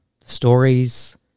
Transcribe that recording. stories